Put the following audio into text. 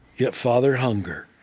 yeah, father hunger.